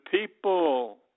people